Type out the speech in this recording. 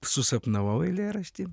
susapnavau eilėraštį